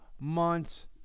months